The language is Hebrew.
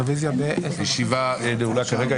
הישיבה נעולה כרגע.